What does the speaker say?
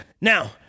Now